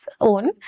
own